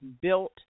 built